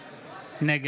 עודה,